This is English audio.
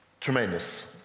Tremendous